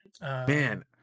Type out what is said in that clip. Man